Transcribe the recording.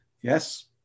yes